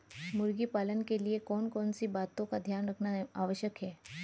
मुर्गी पालन के लिए कौन कौन सी बातों का ध्यान रखना आवश्यक है?